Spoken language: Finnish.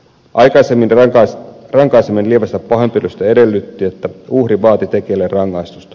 aikaisemmin rankaiseminen lievästä pahoinpitelystä edellytti että uhri vaati tekijälle rangaistusta